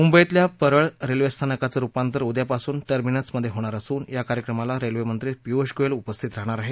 मुंबईतल्या परळ रेल्वेस्थानकाचं रुपांतर उद्यापासून टर्मिनसमध्ये होणार असून या कार्यक्रमाला रेल्वेमंत्री पियूष गोयल उपस्थित राहणार आहेत